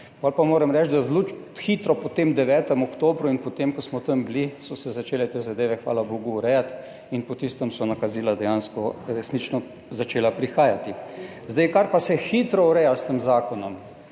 Potem pa moram reči, da so se zelo hitro po tem 9. oktobru in po tem, ko smo tam bili, začele te zadeve hvala bogu urejati, in po tistem so nakazila dejansko resnično začela prihajati. Kar se hitro ureja s tem zakonom,